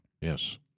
Yes